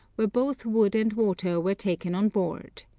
where both wood and water were taken on board.